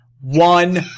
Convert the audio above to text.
One